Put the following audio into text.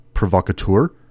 Provocateur